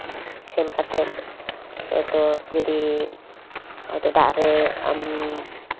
ᱥᱮᱱ ᱠᱟᱛᱮᱫ ᱛᱳ ᱡᱩᱫᱤ ᱟᱫᱚ ᱫᱟᱜ ᱨᱮ ᱟᱢ